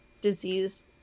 disease